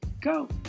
Go